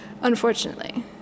unfortunately